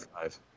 Five